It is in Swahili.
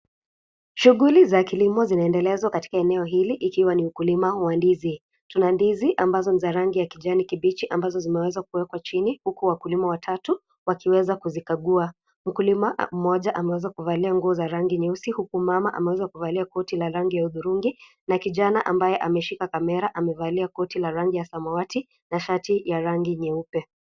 Shughuli za kilimo zinaendelezwa katika eneo hili ikiwa ni ukulima wa ndizi. Tuna ndizi ambazo ni za rangi ya kijani kibichi ambazo zimeweza kuwekwa chini huku wakulima watatu wakiweza kuzikagua. Mkulima mmoja ameweza kuvalia nguo za rangi nyeusi huku mama ameweza kuvalia koti la rangi ya hudhurungi na kijana ambaye ameshika kamera amevalia koti la rangi ya samawati na shati ya rangi nyeupe.